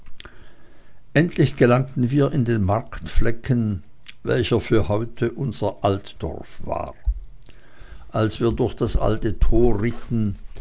endlich gelangten wir in den marktflecken welcher für heute unser altorf war als wir durch das alte tor ritten